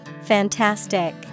Fantastic